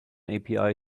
api